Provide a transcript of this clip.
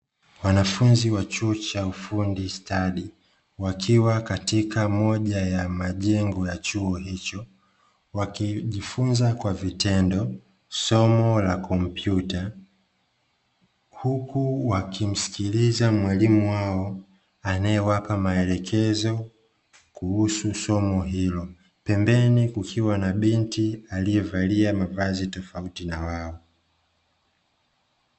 Wanafunzi wa chuo cha ufundi stadi wakiwa katika moja ya majengo ya chuo hicho, wakijifunza kwa vitendo somo la kompyuta, huku wakimsikiliza mwalimu wao anaewapa maelekezo kuhusu somo hilo. Pembeni, kukiwa na binti aliyevalia mavazi tofauti na wao.